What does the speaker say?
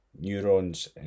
neurons